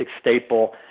staple